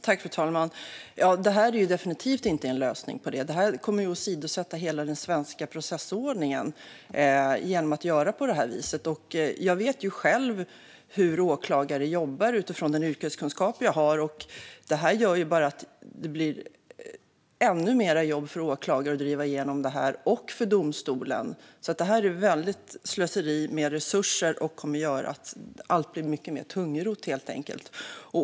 Fru talman! Detta är definitivt inte en lösning på det. Man kommer att åsidosätta hela den svenska processordningen genom att göra på detta sätt. Jag vet utifrån den yrkeskunskap jag har hur åklagare jobbar. Och detta gör bara att det blir ännu mer jobb för åklagare och domstol att driva igenom detta. Detta är därför ett väldigt slöseri med resurser och kommer att göra att allt helt enkelt blir mycket mer tungrott.